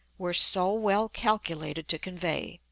were so well calculated to convey.